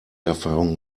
erfahrung